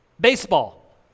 Baseball